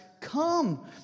come